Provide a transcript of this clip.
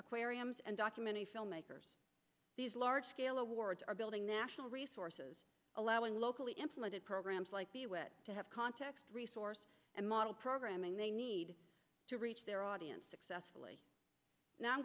aquariums and documentary filmmakers these large scale awards are building national resources allowing locally insulated programs like the wit to have context resource and model programming they need to reach their audience successfully and i'm